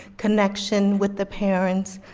connection with the parents,